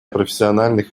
профессиональных